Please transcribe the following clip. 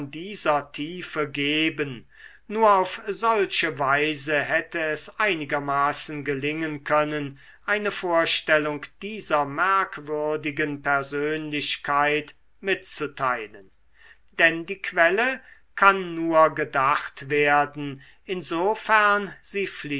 dieser tiefe geben nur auf solche weise hätte es einigermaßen gelingen können eine vorstellung dieser merkwürdigen persönlichkeit mitzuteilen denn die quelle kann nur gedacht werden insofern